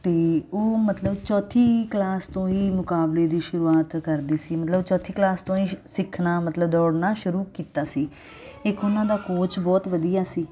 ਅਤੇ ਉਹ ਮਤਲਬ ਚੌਥੀ ਕਲਾਸ ਤੋਂ ਹੀ ਮੁਕਾਬਲੇ ਦੀ ਸ਼ੁਰੂਆਤ ਕਰਦੀ ਸੀ ਮਤਲਬ ਚੌਥੀ ਕਲਾਸ ਤੋਂ ਹੀ ਸਿੱਖਣਾ ਮਤਲਬ ਦੌੜਨਾ ਸ਼ੁਰੂ ਕੀਤਾ ਸੀ ਇੱਕ ਉਹਨਾਂ ਦਾ ਕੋਚ ਬਹੁਤ ਵਧੀਆ ਸੀ